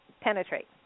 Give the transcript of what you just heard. penetrate